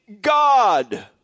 god